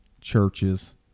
churches